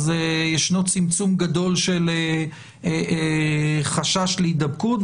שאז יש צמצום גדול של חשש להידבקות,